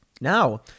Now